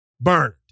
burned